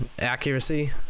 Accuracy